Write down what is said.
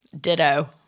Ditto